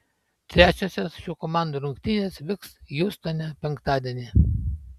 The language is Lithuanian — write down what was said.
trečiosios šių komandų rungtynės vyks hjustone penktadienį